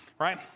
right